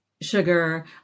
sugar